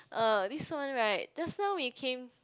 uh this one right just now we came